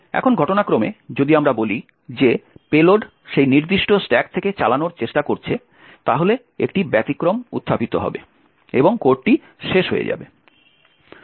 এখন ঘটনাক্রমে যদি আমরা বলি যে পেলোড সেই নির্দিষ্ট স্ট্যাক থেকে চালানোর চেষ্টা করছে তাহলে একটি ব্যতিক্রম উত্থাপিত হবে এবং কোডটি শেষ হয়ে যাবে